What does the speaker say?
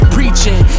Preaching